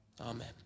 Amen